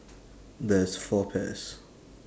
there's four pears